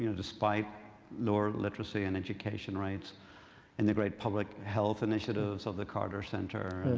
you know despite lower literacy and education rates and the great public health initiatives of the carter center,